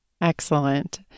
Excellent